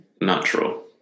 natural